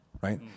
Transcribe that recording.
Right